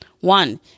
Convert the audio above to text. One